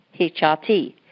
HRT